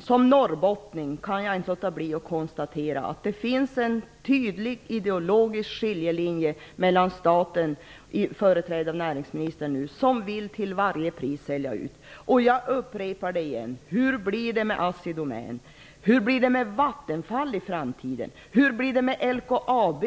Som norrbottning kan jag inte låta bli att konstatera att det finns en tydlig ideologisk skiljelinje mellan oss norrbottningar och staten, nu företrädda av näringsministern, som till varje pris vill sälja ut. Jag upprepar: Hur blir det i framtiden med AssiDomän, med Vattenfall och med LKAB?